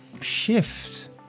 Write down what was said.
shift